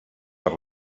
per